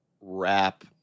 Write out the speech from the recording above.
rap